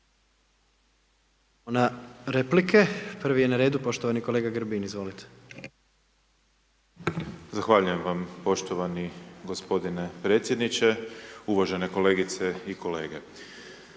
Na replike. Prvi je na redu poštovani kolega Grbin, izvolite. **Grbin, Peđa (SDP)** Zahvaljujem vam poštovani gospodine predsjedniče, uvažene kolegice i kolege.